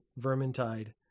Vermintide